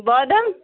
بادَم